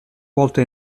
volta